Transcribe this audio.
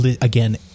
again